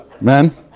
men